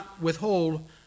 withhold